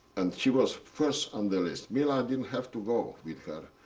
and she was first on the list. mila didn't have to go with her.